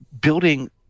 building